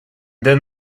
then